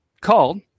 called